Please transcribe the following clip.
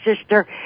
sister